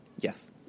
Yes